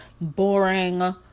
boring